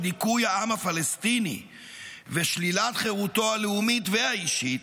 של דיכוי העם הפלסטיני ושלילת חירותו הלאומית והאישית,